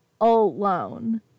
Alone